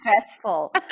stressful